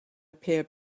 appear